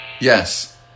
Yes